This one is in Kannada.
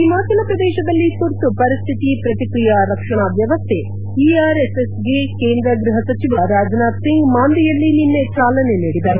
ಹಿಮಾಚಲ ಪ್ರದೇಶದಲ್ಲಿ ತುರ್ತು ಪರಿಸ್ಥಿತಿ ಪ್ರತಿಕ್ರಿಯಾ ರಕ್ಷಣಾ ವ್ಯವಸ್ಥೆ ಇಆರ್ಎಸ್ಎಸ್ಗೆ ಕೇಂದ್ರ ಗೃಹ ಸಚಿವ ರಾಜನಾಥಸಿಂಗ್ ಮಾಂದಿಯಲ್ಲಿ ನಿನ್ನೆ ಚಾಲನೆ ನೀಡಿದರು